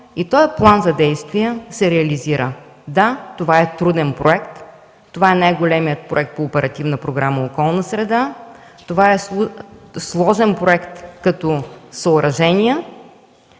и този план за действие се реализира. Да, това е труден проект, това е най-големият проект по Оперативна програма „Околна среда”. Това е сложен проект като съоръжение